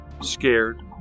scared